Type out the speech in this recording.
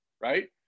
right